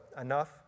enough